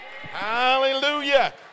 Hallelujah